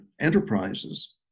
enterprises